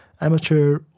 amateur